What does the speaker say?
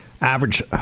Average